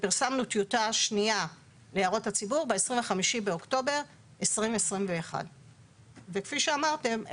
ופרסמנו טיוטה שנייה להערות הציבור ב-25 באוקטובר 2021. כפי שאמרתם,